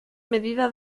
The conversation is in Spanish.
medida